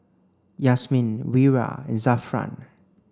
Yasmin Wira and Zafran